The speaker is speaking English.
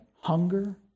hunger